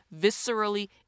viscerally